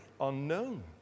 unknown